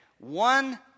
One